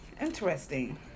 interesting